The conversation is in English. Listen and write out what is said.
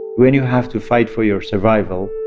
when you have to fight for your survival,